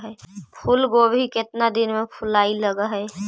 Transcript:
फुलगोभी केतना दिन में फुलाइ लग है?